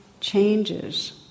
changes